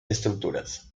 estructuras